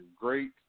great